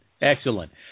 excellent